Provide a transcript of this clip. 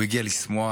הוא הגיע לשמוח,